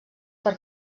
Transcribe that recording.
per